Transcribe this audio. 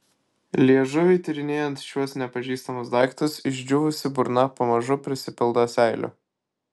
liežuviui tyrinėjant šiuos nepažįstamus daiktus išdžiūvusi burna pamažu prisipildo seilių